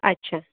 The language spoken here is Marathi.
अच्छा